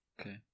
Okay